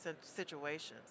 situations